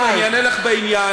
שמעתי אותך ואענה לך לעניין.